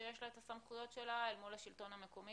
שיש לה את הסמכויות שלה אל מול השלטון המקומי